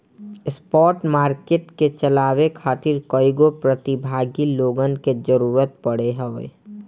spot market के चलावे खातिर कईगो प्रतिभागी लोगन के जरूतर पड़त हवे